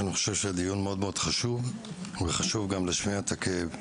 אני חושב שהדיון מאוד מאוד חשוב כי חשוב גם להשמיע את הכאב.